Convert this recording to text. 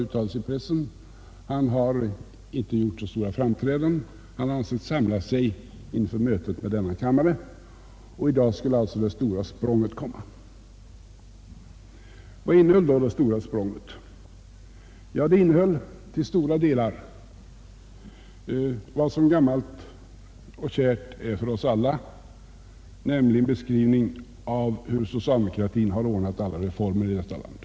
Det har sagts så i pressen. Han har inte gjort så stora framträdanden, utan han har samlat sig inför mötet med denna kammare. I dag skulle alltså det stora språnget göras. Vad innehöll då detta stora språng? Ja, det innehöll till stora delar vad som gammalt och kärt är för oss alla, nämligen en beskrivning av hur socialdemokratin har ordnat alla reformer i detta land.